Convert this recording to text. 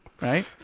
right